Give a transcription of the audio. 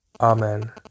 Amen